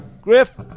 Griff